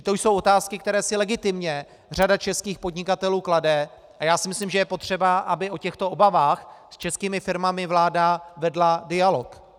To jsou otázky, které si legitimně řada českých podnikatelů klade, a já si myslím, že je potřeba, aby o těchto obavách s českými firmami vláda vedla dialog.